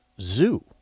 zoo